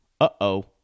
Uh-oh